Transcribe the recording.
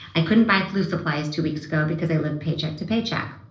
i couldn't buy flu supplies two weeks ago because i live paycheck to paycheck.